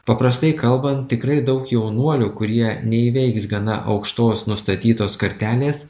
paprastai kalbant tikrai daug jaunuolių kurie neįveiks gana aukštos nustatytos kartelės